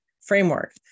framework